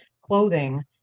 clothing